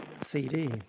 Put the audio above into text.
CD